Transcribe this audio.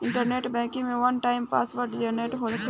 internet banking में one time password generate होखेला